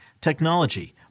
technology